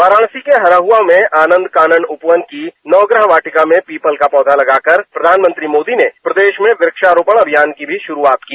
वाराणसी के हराजा में आनंद कानन उपवन की नदन्नह वाटिका में पीपल का पौधा लगाकर प्रधानमंत्री मोदी ने प्रदेश में वृक्षा रोपण अभियान की भी शुरआत की